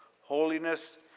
holiness